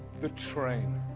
the train!